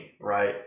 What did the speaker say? Right